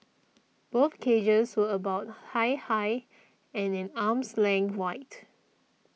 both cages were about high high and an arm's length wide